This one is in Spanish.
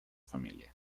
familia